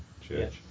Church